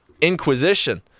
Inquisition